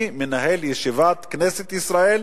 אני מנהל ישיבת כנסת ישראל,